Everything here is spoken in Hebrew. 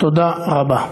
תודה רבה.